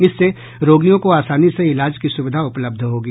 इससे रोगियों को आसानी से इलाज की सुविधा उपलब्ध होगी